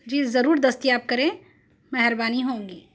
جی ضرور دستیاب کریں مہربانی ہوں گی